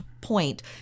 point